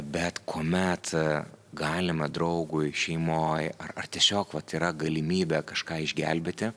bet kuomet galima draugui šeimoj ar ar tiesiog vat yra galimybė kažką išgelbėti